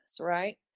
right